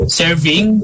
serving